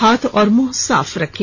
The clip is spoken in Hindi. हाथ और मुंह साफ रखें